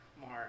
more